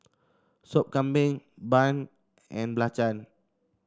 Sop Kambing bun and belacan